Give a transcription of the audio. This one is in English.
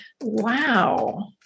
Wow